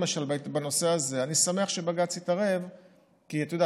למשל בנושא הזה אני שמח שבג"ץ התערב כי אתה יודע,